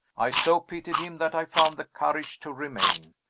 i so pitied him that i found the courage to remain.